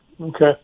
okay